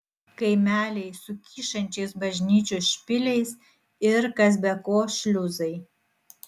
kaimeliai su kyšančiais bažnyčių špiliais ir kas be ko šliuzai